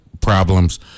problems